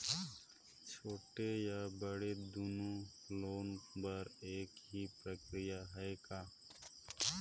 छोटे या बड़े दुनो लोन बर एक ही प्रक्रिया है का?